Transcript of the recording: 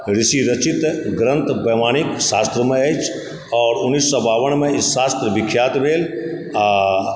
ऋषि रचित ग्रन्थ प्रमाणिक शास्त्रमे अछि आओर उन्नीस सए बावनमे ई शास्त्र विख्यात भेल आ